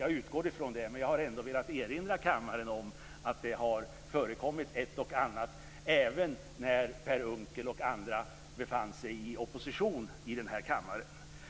Jag utgår från det, men jag har ändå velat erinra kammaren om att det har förekommit ett och annat även när Per Unckel och andra inte befann sig i opposition här i kammaren.